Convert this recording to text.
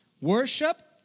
Worship